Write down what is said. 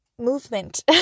movement